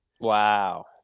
Wow